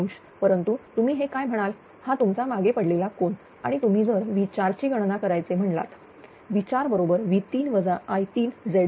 1° परंतु तुम्ही हे काय म्हणाल हा तुमचा मागे पडलेला कोन आणि तुम्ही जर V4 ची गणना करायचे म्हणलात V4 बरोबरV3 I3Z3